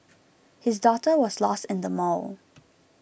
his daughter was lost in the mall